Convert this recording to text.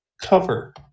cover